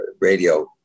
radio